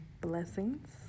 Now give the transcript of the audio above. blessings